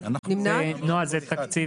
את נמנעת?